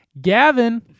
Gavin